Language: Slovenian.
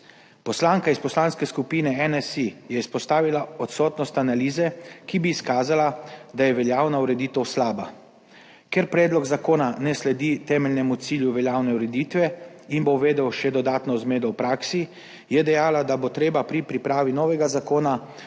Poslanka iz Poslanske skupine NSi je izpostavila odsotnost analize, ki bi izkazala, da je veljavna ureditev slaba. Ker predlog zakona ne sledi temeljnemu cilju veljavne ureditve in bo uvedel še dodatno zmedo v praksi, je dejala, da bo treba pri pripravi novega zakona